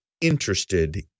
interested